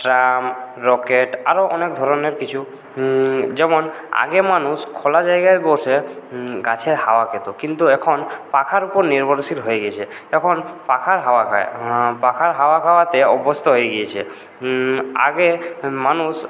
tram rocket আরও অনেক ধরনের কিছু যেমন আগে মানুষ খোলা জায়গায় বসে গাছের হাওয়া খেত কিন্তু এখন পাখার উপর নির্ভরশীল হয়ে গিয়েছে এখন পাখার হাওয়া খায় পাখার হাওয়া খাওয়াতে অভ্যস্ত হয়ে গিয়েছে আগে মানুষ